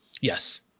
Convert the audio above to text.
Yes